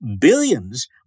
Billions